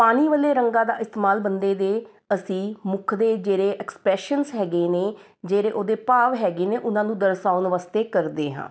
ਪਾਣੀ ਵਾਲੇ ਰੰਗਾਂ ਦਾ ਇਸਤੇਮਾਲ ਬੰਦੇ ਦੇ ਅਸੀਂ ਮੁੱਖ ਦੇ ਜਿਹੜੇ ਐਕਸਪ੍ਰੈਸ਼ਨ ਹੈਗੇ ਨੇ ਜਿਹੜੇੇ ਉਹਦੇ ਭਾਵ ਹੈਗੇ ਨੇ ਉਹਨਾਂ ਨੂੰ ਦਰਸਾਉਣ ਵਾਸਤੇ ਕਰਦੇ ਹਾਂ